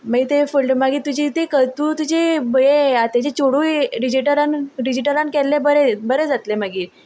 मागीर तें फुडलें मागीर तुजें तें कर तूं तुजें भ यें आत्याचें चडूय रिजिटलान डिजिटलान केल्लें बरें बरें जातलें मागीर